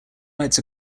writes